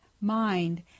mind